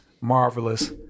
marvelous